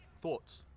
Thoughts